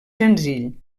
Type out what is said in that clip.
senzill